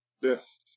Yes